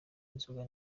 inzoga